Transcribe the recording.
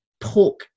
pork